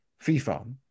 FIFA